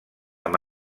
amb